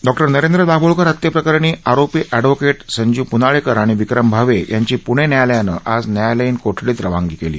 डॉ नरेंद्र दाभोलकर हत्ये प्रकरणी आरोपी अष्ठव्होकेट संजीव प्नाळेकर आणि विक्रम भावे यांची प्णे न्यायालयानं आज न्यायालयीन कोठडीत रवानगी केली